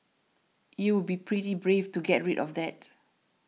you'll be pretty brave to get rid of that